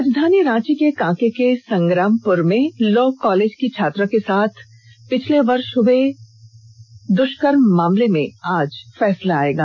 राजधानी रांची के कांके के संग्रामपुर में लॉ कॉलेज की छात्रा के साथ पिछले वर्ष नवंबर में हए दृष्कर्म के मामले पर आज फैसला आएगा